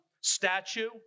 statue